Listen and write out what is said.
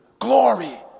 Glory